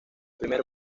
primer